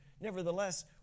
Nevertheless